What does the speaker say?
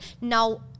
Now